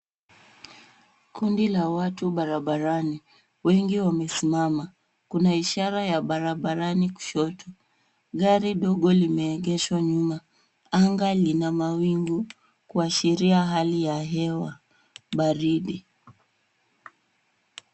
Kundi la watu barabarani. Wengi wamesimama. Kuna ishara ya barabarani kushoto. Gari dogo limeegeshwa nyuma. Anga lina mawingu kuashiria hali ya hewa baridi.